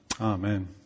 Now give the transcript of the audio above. Amen